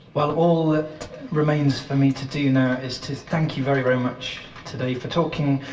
well all that remains for me to do now is to thank you very, very much today for talking,